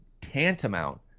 tantamount